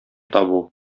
табу